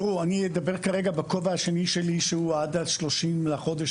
אני אדבר כרגע בכובע השני שלי שהוא עד ה-30 לחודש